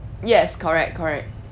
yes correct correct